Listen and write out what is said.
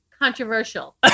controversial